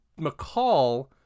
McCall